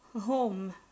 home